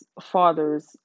father's